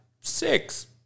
six